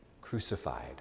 crucified